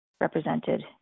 represented